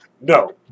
No